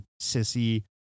sissy